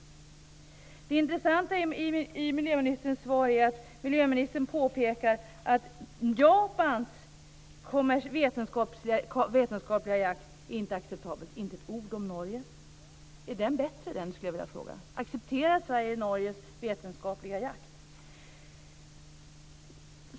Det intressanta i miljöministerns svar är att han påpekar att Japans vetenskapliga jakt inte är acceptabel. Men han säger inte ett ord om Norges. Är den bättre? Accepterar Sverige Norges vetenskapliga jakt?